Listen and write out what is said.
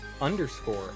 underscore